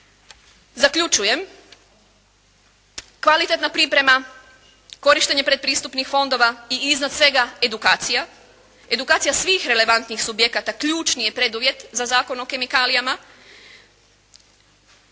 Zaključujem. Kvalitetna priprema, korištenje predpristupnih fondova i iznad svega edukacija, edukacija svih relevantnih subjekata ključni je preduvjet za Zakon o kemikalijama